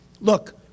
Look